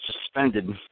suspended